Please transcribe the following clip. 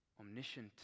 omniscient